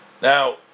now